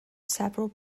several